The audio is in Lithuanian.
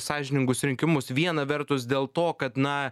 sąžiningus rinkimus viena vertus dėl to kad na